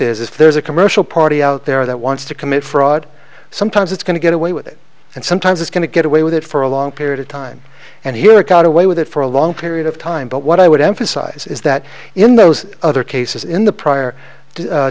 is if there's a commercial party out there that wants to commit fraud sometimes it's going to get away with it and sometimes it's going to get away with it for a long period of time and here it got away with it for a long period of time but what i would emphasize is that in those other cases in the prior